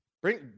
Bring